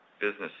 business